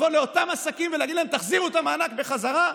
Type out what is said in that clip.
לבוא לאותם עסקים ולהגיד להם: תחזירו את המענק בחזרה,